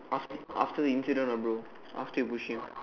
after after the incident ah bro after you pushed him